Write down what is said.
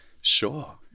Sure